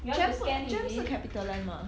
jem 是 jem 是 Capitastar 吗